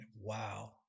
wow